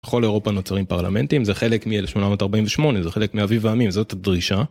כל אירופה נוצרים פרלמנטים, זה חלק מ-1848, זה חלק מאביב העמים, זאת דרישה.